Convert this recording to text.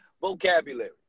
vocabulary